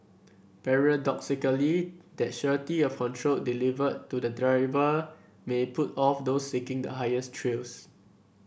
paradoxically that surety of control delivered to the driver may put off those seeking the highest thrills